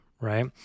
right